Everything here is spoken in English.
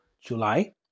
July